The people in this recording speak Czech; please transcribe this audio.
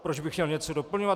Proč bych měl něco doplňovat?